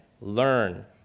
learn